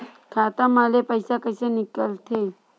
खाता मा ले पईसा कइसे निकल थे?